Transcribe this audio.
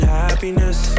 happiness